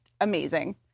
amazing